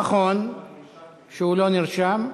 נכון שלא נרשם,